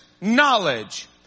knowledge